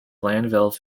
glanville